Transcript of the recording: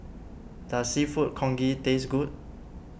does Seafood Congee taste good